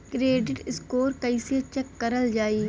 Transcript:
Credit score कइसे check करल जायी?